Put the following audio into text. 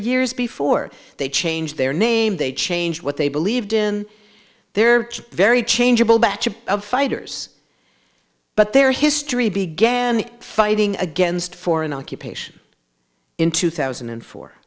years before they changed their name they changed what they believed in their very changeable batches of fighters but their history began fighting against foreign occupation in two thousand and four